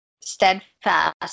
steadfast